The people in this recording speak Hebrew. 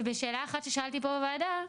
ובשאלה אחת ששאלתי פה בוועדה,